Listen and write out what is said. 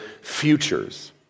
futures